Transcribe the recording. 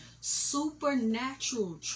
supernatural